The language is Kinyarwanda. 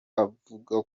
akavuga